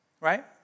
right